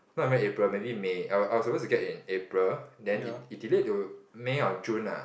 not even April maybe May I was I was supposed to get in April it delayed to May or June nah